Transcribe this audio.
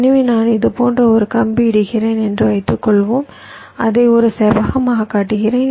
எனவே நான் இது போன்ற ஒரு கம்பி இடுகிறேன் என்று வைத்துக்கொள்வோம் அதை ஒரு செவ்வகமாகக் காட்டுகிறேன்